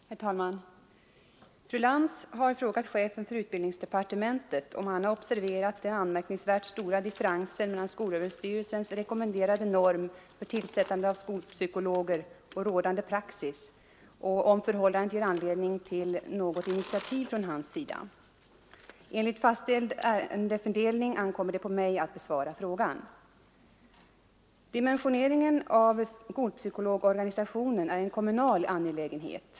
Herr talman! Fru Lantz har frågat chefen för utbildningsdepartementet, om han har observerat den anmärkningsvärt stora differensen mellan skolöverstyrelsens rekommenderade norm för tillsättandet av skolpsykologer och rådande praxis och om förhållandet ger anledning till något initiativ från hans sida. Enligt fastställd ärendefördelning ankommer det på mig att besvara frågan. Dimensioneringen av skolpsykologorganisationen är en kommunal angelägenhet.